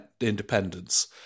independence